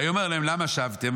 ויאמר להם: למה שבתם?